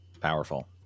powerful